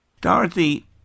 Dorothy